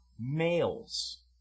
Males